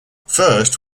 first